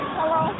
Hello